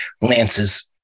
lances